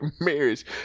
marriage